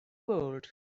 world